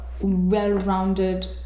well-rounded